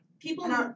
People